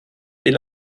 est